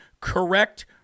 Correct